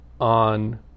on